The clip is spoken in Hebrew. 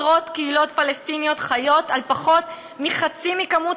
עשרות קהילות פלסטיניות חיות על פחות מחצי מכמות